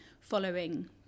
following